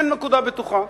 אין נקודה בטוחה.